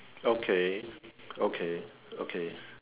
okay okay okay